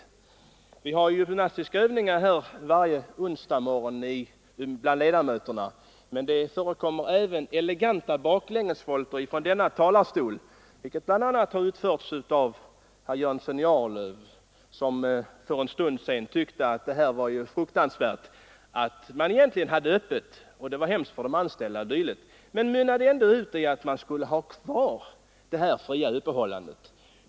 Kammarens ledamöter har gymnastiska övningar varje onsdag morgon, men det förekommer även eleganta baklängesvolter i denna talarstol, vilket har utförts bl.a. av herr Jönsson i Arlöv, som för en stund sedan ansåg att det egentligen var fruktansvärt att man hade öppet på söndagarna och att det var hemskt för de anställda. Men hans anförande mynnade ändå ut i att man skulle ha kvar det fria öppethållandet.